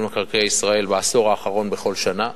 מקרקעי ישראל בעשור האחרון בכל שנה.